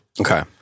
Okay